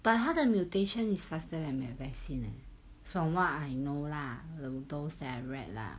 but 他的 mutation is faster than the vaccine leh from what I know lah all those that I read lah